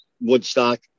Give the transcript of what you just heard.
Woodstock